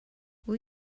will